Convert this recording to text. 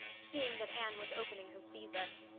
seeing that anne was opening her caesar.